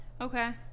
Okay